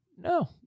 No